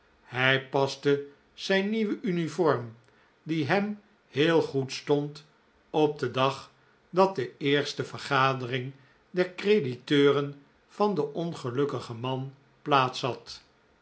hij paste zijn nieuwe uniform die hem heel goed stond op den dag dat de eerste vergadering der crediteuren van den ongelukkigen man plaats had